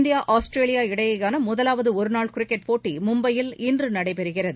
India Australia இடையேயான முதலாவது ஒருநாள் கிரிக்கெட் போட்டி மும்பையில் இன்று நடைபெறுகிறது